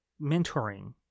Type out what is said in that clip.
mentoring